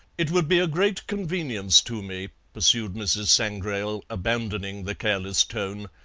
it would be a great convenience to me, pursued mrs. sangrail, abandoning the careless tone.